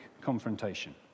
confrontation